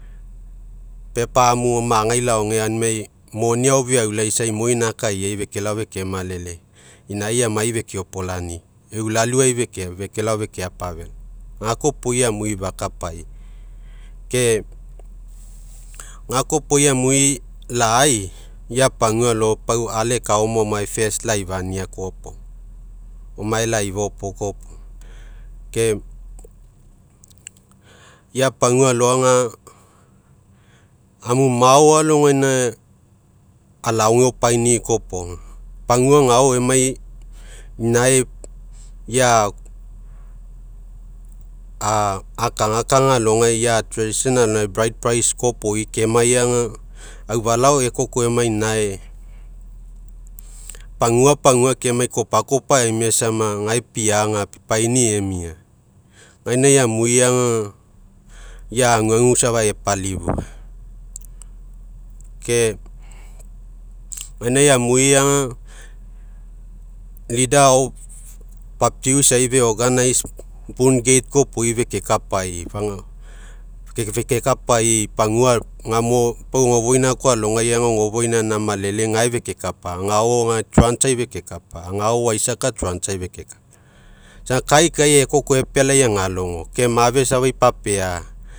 Pepa amu magai laoge, aunimai, moni agao feaulaisa, imoi egainai akaiai, fekelao feke malele, inai amai fekeopolani'i. Ei ulaluai fekelao fekeapa velo. Gekoa opoi amui fakapai, ke gakoa opoi amui lai, ia pagua ale pau ala ekaoma mo laifania koa opoga, omae laifa koa opoga. Ke ia'a pagua aloaga, amu mao alogaina alaoge opainikoa opoga. Pagua agao emai, inae ia akagakaga alogai, ia alogai koa opoi kemai aga, aufalao ekoko emai inae, pagua, pagua kemai kopakopa emia sama, gae piaga, pipaini emia, egainai amui aga, ia aguagu safa epalifua. Ke gaina amui aga, lida ao, papiau isai fe koa opoi fekekapai pau ogofoina koa alogaiga, ogofoina koa ga malele gae fekekapa, agao ga trans ai fekekapa agao oasiaka trans ai fekekapa, ga kaikai ekoko epealai agalogo. Ke mafe safa ipapea.